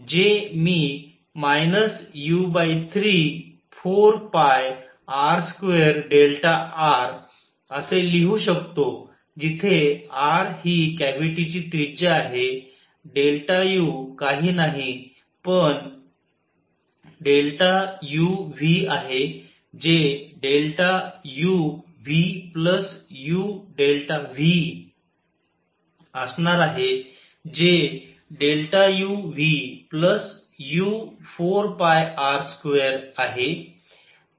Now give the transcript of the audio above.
जे मी u34πr2r असे लिहू शकतो जिथे r हि कॅव्हिटीची त्रिज्या आहे U काही नाही पण uV आहे जे u VuV असणार आहे जे u Vu4πr2आहे